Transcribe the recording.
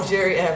Jerry